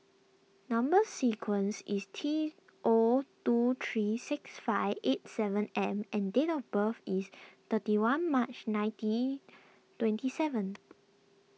Number Sequence is T O two three six five eight seven M and date of birth is thirty one March nineteen twenty seven